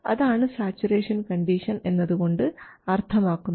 അതാണ് saturation condition എന്നതുകൊണ്ട് അർത്ഥമാക്കുന്നത്